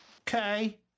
Okay